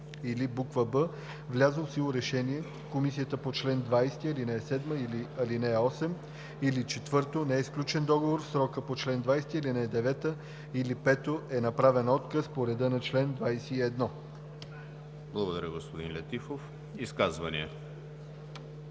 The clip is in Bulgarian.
Благодаря, господин Летифов. Изказвания?